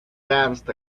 danced